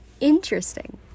interesting